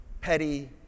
petty